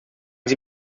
sie